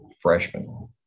freshman